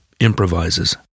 improvises